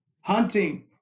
hunting